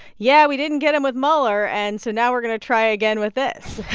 yeah, we didn't get him with mueller, and so now we're going to try again with this.